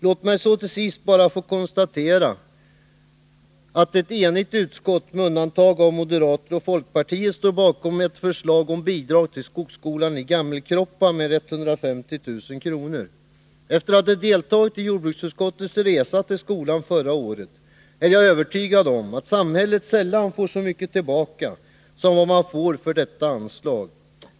Låt mig till sist bara få konstatera att ett enigt utskott med undantag av moderater och folkpartister står bakom ett förslag om bidrag till skogsskolan i Gammelkroppa med 150 000 kr. Efter att ha deltagit i jordbruksutskottets resa till skolan förra året är jag övertygad om att samhället sällan får så mycket tillbaka som man får av detta anslag.